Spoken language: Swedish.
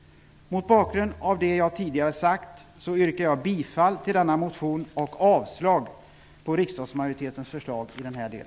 Mot bakgrund av det jag tidigare sagt yrkar jag bifall till denna motion och avslag på riksdagsmajoritetens förslag i denna del.